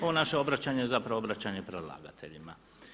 Ovo naše obraćanje je zapravo obraćanje predlagateljima.